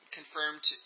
confirmed